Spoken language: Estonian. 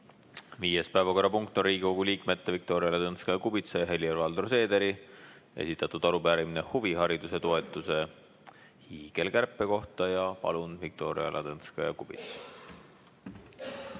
Viies päevakorrapunkt on Riigikogu liikmete Viktoria Ladõnskaja-Kubitsa ja Helir-Valdor Seederi esitatud arupärimine huvihariduse toetuse hiigelkärpe kohta. Palun, Viktoria Ladõnskaja-Kubits!